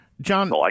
John